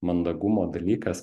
mandagumo dalykas